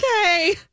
okay